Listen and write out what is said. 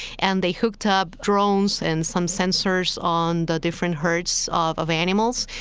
and they hooked up drones and some sensors on the different herds of of animals.